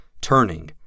turning